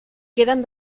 queden